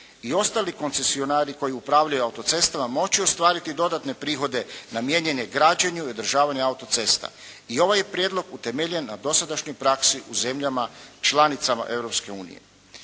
i ostali koncesionari koji upravljaju autocestama moći ostvariti dodatne prihode namijenjene građenju i održavanju autocesta. I ovaj je prijedlog utemeljen na dosadašnjoj praksi u zemljama članicama